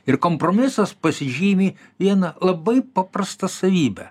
ir kompromisas pasižymi viena labai paprasta savybe